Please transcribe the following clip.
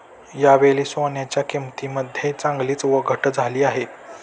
यावेळी सोन्याच्या किंमतीमध्ये चांगलीच घट झाली आहे